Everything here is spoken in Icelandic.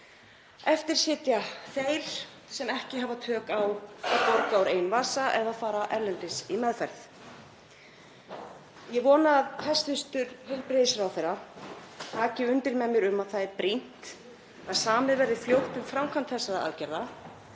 Eftir sitja þeir sem ekki hafa tök á að borga úr eigin vasa eða fara erlendis í meðferð. Ég vona að hæstv. heilbrigðisráðherra taki undir með mér um að það er brýnt að samið verði fljótt um framkvæmd þessara aðgerða,